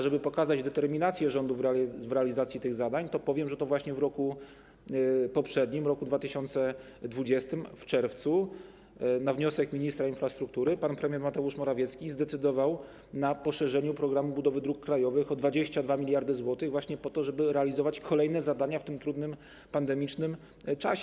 Żeby pokazać determinację rządu w realizacji w tych zadań, powiem, że to właśnie w roku poprzednim, roku 2020, w czerwcu, na wniosek ministra infrastruktury pan premier Mateusz Morawiecki zdecydował o zwiększeniu środków „Programu budowy dróg krajowych” o 22 mld zł właśnie po to, żeby realizować kolejne zadania w tym trudnym pandemicznym czasie.